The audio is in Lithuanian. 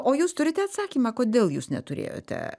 o jūs turite atsakymą kodėl jūs neturėjote